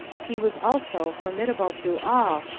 he was also formidable to all,